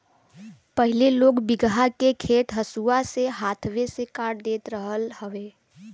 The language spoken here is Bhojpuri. पहिले लोग बीघहा के खेत हंसुआ से हाथवे से काट देत रहल हवे